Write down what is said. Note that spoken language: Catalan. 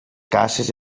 cases